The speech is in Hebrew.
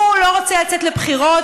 הוא לא רוצה לצאת לבחירות,